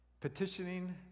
Petitioning